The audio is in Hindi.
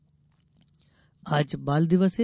बाल दिवस आज बाल दिवस है